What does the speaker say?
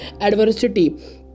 adversity